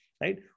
right